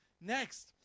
Next